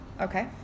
Okay